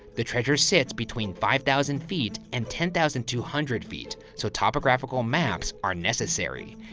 the treasure sits between five thousand feet and ten thousand two hundred feet. so topographical maps are necessary.